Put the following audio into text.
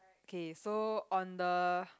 okay so on the